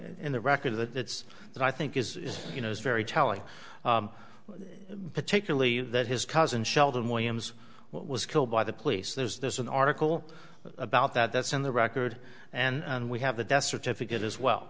in the record that that's what i think is you know is very telling particularly that his cousin sheldon williams was killed by the police there's there's an article about that that's in the record and we have the death certificate as well